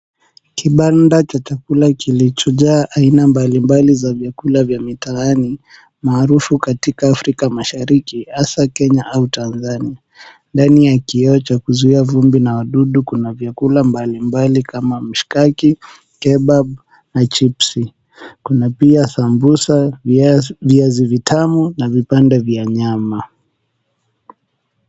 Kibanda cha chakula kilichojaa aina mbalimbali za vyakula vya mitaani maarufu katika Afrika Mashariki hasa Kenya au Tanzania. Ndani ya kioo cha kuzuia vumbi na wadudu kuna vyakula mbalimbali kama mshikaki, kebab na chipsi. Kuna pia sambusa, viazi vitamu na vipande vya nyama.